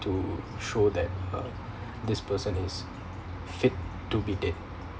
to show that uh this person is faith to be dead